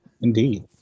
Indeed